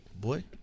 Boy